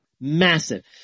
Massive